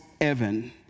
heaven